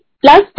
plus